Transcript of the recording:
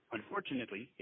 Unfortunately